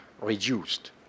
reduced